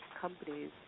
companies